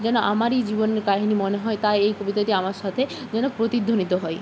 যেন আমারই জীবনের কাহিনি মনে হয় তাই এই কবিতাটি আমার সাথে যেন প্রতিধ্বনিত হয়